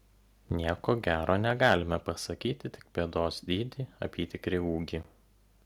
nieko gero negalime pasakyti tik pėdos dydį apytikrį ūgį